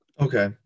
Okay